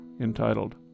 entitled